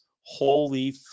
holy